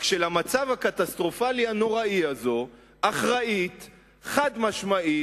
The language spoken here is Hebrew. רק שלמצב הקטסטרופלי הנוראי הזה אחראית חד-משמעית,